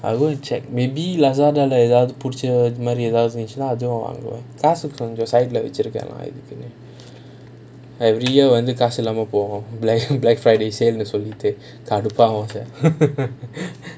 I will check maybe Lazada lah எதாச்சும் பிடிச்சி எதாவுது இது மாரி இருந்த அதுவும் வாங்குவேன் காசு கொஞ்சம் வெச்சி இருக்கேன் இதுக்குன்னு:ethachum pidichi ethavuthu ithu maari iruntha athuvum vaanguvaen kaasu konjam vechi irukkaen ithukunu every year காசு இல்லாம போவோம்:kaasu illaama povom black friday sale கடுப்பு ஆகும்:kaduppu aagum